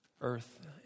earth